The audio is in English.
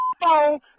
phone